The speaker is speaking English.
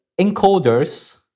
encoders